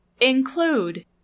include